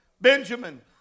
Benjamin